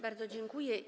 Bardzo dziękuję.